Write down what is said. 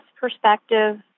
perspective